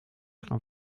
gaan